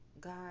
God